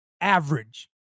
Average